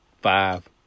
five